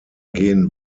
gehen